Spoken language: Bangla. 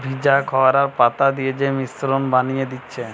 ভিজা খড় আর পাতা দিয়ে যে মিশ্রণ বানিয়ে দিচ্ছে